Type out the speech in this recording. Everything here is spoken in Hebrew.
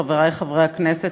חברי חברי הכנסת,